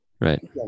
Right